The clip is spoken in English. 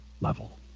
level